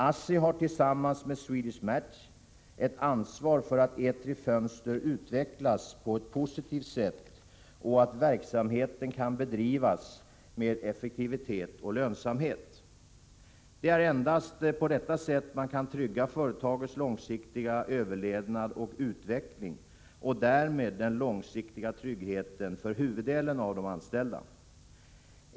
ASSTIT har tillsammans med Swedish Match ett ansvar för att Etri Fönster utvecklas på ett positivt sätt och att verksamheten kan bedrivas med effektivitet och lönsamhet. Det är endast på detta sätt man kan trygga företagets långsiktiga överlevnad och utveckling och därmed säkra den långsiktiga tryggheten för huvuddelen av de anställda.